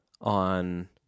on